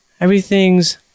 everything's